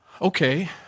Okay